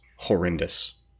Horrendous